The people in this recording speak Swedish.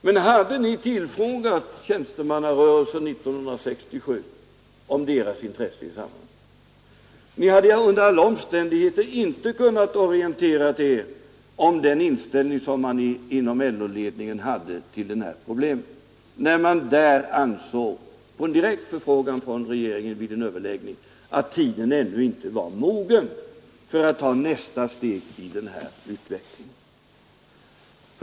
Men hade ni 1967 tillfrågat tjänstemannarörelsen om dennas intresse? Under alla omständigheter hade ni inte kunnat orientera er om den inställning man hade inom LO-ledningen till dessa problem. På en direkt förfrågan från regeringen ansåg man att tiden ännu inte var mogen för att ta nästa steg i den här utvecklingen.